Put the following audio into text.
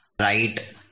right